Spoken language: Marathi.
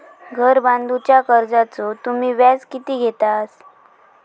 घर बांधूच्या कर्जाचो तुम्ही व्याज किती घेतास?